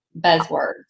buzzwords